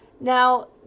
Now